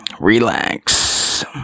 Relax